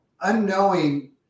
unknowing